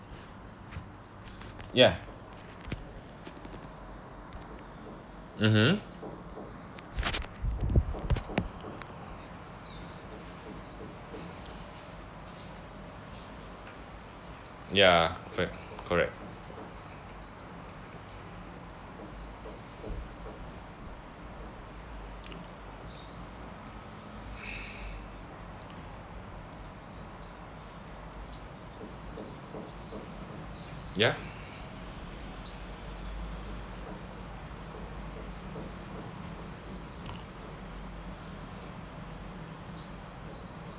ya mmhmm ya right correct ya